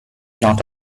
not